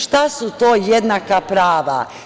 Šta su jednaka prava?